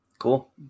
cool